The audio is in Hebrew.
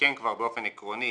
סיכם כבר באופן עקרוני